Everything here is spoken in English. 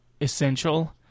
essential